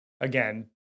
Again